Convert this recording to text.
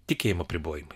tikėjimo apribojimai